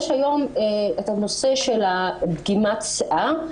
יש היום את הנושא של דגימת שיער.